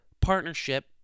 partnership